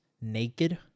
naked